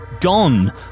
Gone